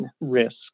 risk